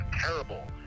terrible